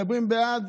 מדברים בעד